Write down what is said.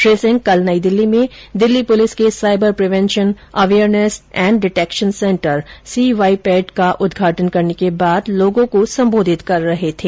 श्री सिंह कल नई दिल्ली में दिल्ली पुलिस के cyber prevention awareness and detection centre C Y PAD का उद्घाटन करने के बाद लोगो को संबोधित कर रहे थे